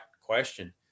question